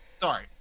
Sorry